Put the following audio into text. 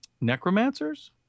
Necromancers